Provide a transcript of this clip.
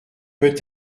peut